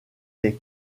est